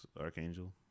Archangel